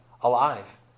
alive